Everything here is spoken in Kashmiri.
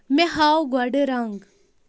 مےٚ ہاو گۄڈٕ رنٛگ